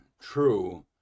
true